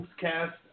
cast